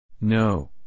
No